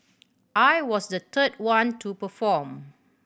I was the third one to perform